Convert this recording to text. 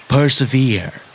Persevere